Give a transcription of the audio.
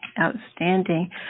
outstanding